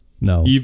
No